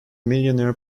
millionaire